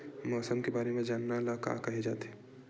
मौसम के बारे म जानना ल का कहे जाथे?